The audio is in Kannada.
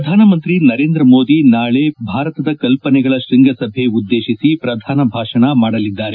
ಪ್ರಧಾನಮಂತ್ರಿ ನರೇಂದ್ರ ಮೋದಿ ನಾಳೆ ಭಾರತದ ಕಲ್ಲನೆಗಳ ಶ್ವಂಗಸಭೆ ಉದ್ದೇಶಿಸಿ ಪ್ರಧಾನ ಭಾಷಣ ಮಾಡಲಿದ್ದಾರೆ